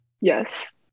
yes